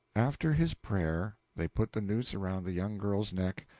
after his prayer they put the noose around the young girl's neck,